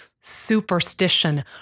superstition